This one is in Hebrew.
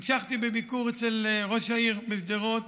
המשכתי בביקור אצל ראש העיר בשדרות,